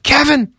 Kevin